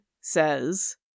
says